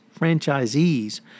franchisees